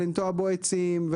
לנטוע בו עצים,